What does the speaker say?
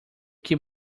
que